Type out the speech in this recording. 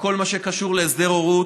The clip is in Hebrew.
וכל מה שקשור להסדר הורות,